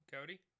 Cody